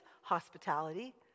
Hospitality